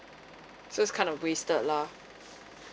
so it's kind of wasted lah